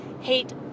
Hate